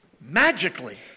magically